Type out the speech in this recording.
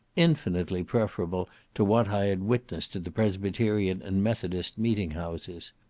infinitely preferable to what i had witnessed at the presbyterian and methodist meeting-houses.